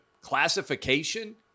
classification